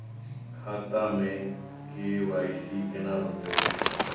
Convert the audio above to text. खाता में के.वाई.सी केना होतै?